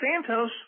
Santos